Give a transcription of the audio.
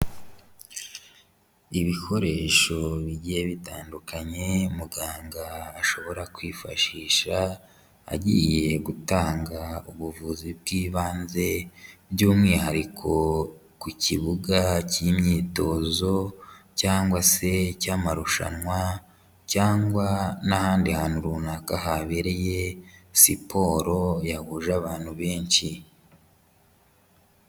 Ibikoresho bigiye bitandukanye muganga ashobora kwifashisha agiye gutanga ubuvuzi bw'ibanze, by'umwihariko ku kibuga cy'imyitozo cyangwa se cy'amarushanwa cyangwa n'ahandi hantu runaka habereye siporo yahuje abantu benshi.